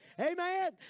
Amen